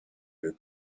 your